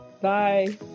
Bye